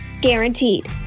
Guaranteed